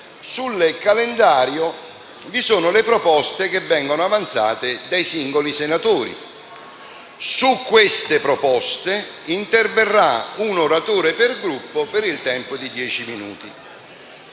sul calendario vi sono le proposte che vengono avanzate dai singoli senatori. Su queste proposte interverrà un oratore per Gruppo per il tempo di dieci minuti.